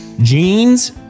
jeans